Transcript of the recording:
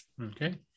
Okay